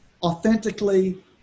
authentically